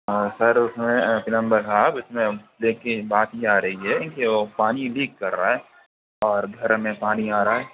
اور سر اس میں پلمبر صاحب اس میں دیکھیے بات یہ آ رہی ہے کہ وہ پانی لیک کر رہا ہے اور گھر میں پانی آ رہا ہے